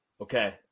Okay